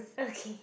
okay